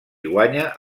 guanya